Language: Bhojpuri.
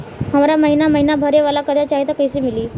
हमरा महिना महीना भरे वाला कर्जा चाही त कईसे मिली?